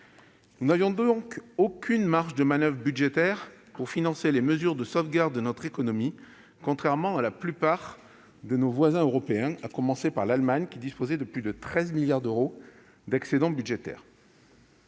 Nous ne disposions donc d'aucune marge de manoeuvre budgétaire pour financer les mesures de sauvegarde de notre économie, contrairement à la plupart de nos voisins européens, à commencer par l'Allemagne, qui disposait de plus de 13 milliards d'euros d'excédent budgétaire.